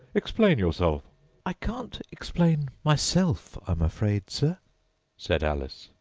explain yourself i can't explain myself, i'm afraid, sir' said alice,